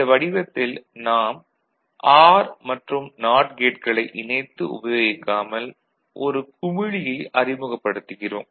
இந்த வடிவத்தில் நாம் ஆர் மற்றும் நாட் கேட்களை இணைத்து உபயோகிக்காமல் ஒரு குமிழியை அறிமுகப்படுத்துகிறோம்